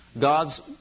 God's